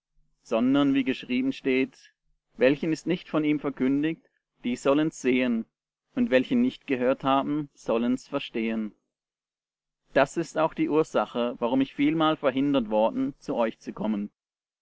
sondern wie geschrieben steht welchen ist nicht von ihm verkündigt die sollen's sehen und welche nicht gehört haben sollen's verstehen das ist auch die ursache warum ich vielmal verhindert worden zu euch zu kommen